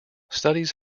studies